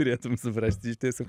turėtum suprast iš tiesų